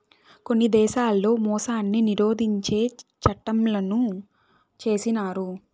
కొన్ని దేశాల్లో మోసాన్ని నిరోధించే చట్టంలను చేసినారు